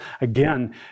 again